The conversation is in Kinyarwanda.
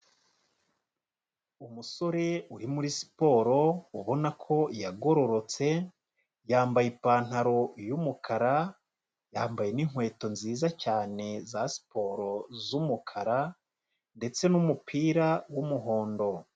Umusore uri muri siporo ubona ko yagororotse, yambaye ipantaro y'umukara, yambaye n'inkweto nziza cyane za siporo z'umukara ndetse n'umupira w'umuhondo.